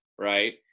right